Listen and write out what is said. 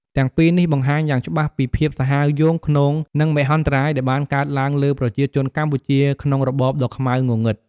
ទាំងពីរនេះ បង្ហាញយ៉ាងច្បាស់ពីភាពសាហាវយង់ឃ្នង និងមហន្តរាយដែលបានកើតឡើងលើប្រជាជនកម្ពុជា ក្នុងរបបដ៏ខ្មៅងងឹត។